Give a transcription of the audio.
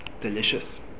delicious